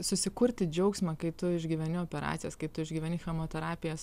susikurti džiaugsmą kai tu išgyveni operacijas kaip tu išgyveni chemoterapijas